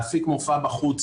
להפיק מופע בחוץ,